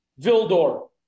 Vildor